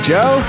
Joe